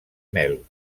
mel